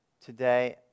today